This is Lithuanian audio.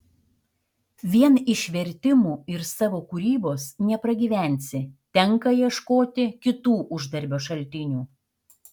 vien iš vertimų ir savo kūrybos nepragyvensi tenka ieškoti kitų uždarbio šaltinių